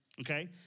okay